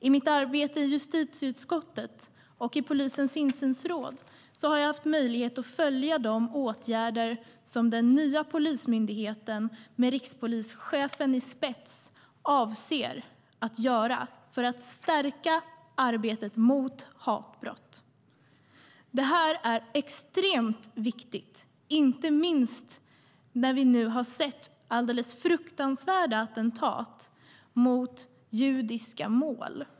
I mitt arbete i justitieutskottet och i polisens insynsråd har jag haft möjlighet att följa de åtgärder som den nya polismyndigheten med rikspolischefen i spetsen avser att vidta för att stärka arbetet mot hatbrott. Det är extremt viktigt, inte minst nu när vi har sett alldeles fruktansvärda attentat mot judiska mål.